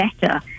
better